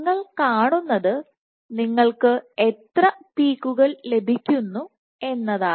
നിങ്ങൾ കാണുന്നത് നിങ്ങൾക്ക് എത്ര പീക്കുകൾ ലഭിക്കുന്നു എന്നതാണ്